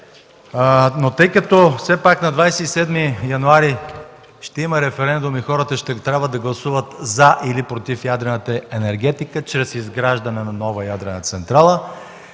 Тъй като на 27 януари ще има референдум и хората ще трябва да гласуват „за” или „против” ядрената енергетика чрез изграждане на нова ядрена централа,